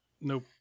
Nope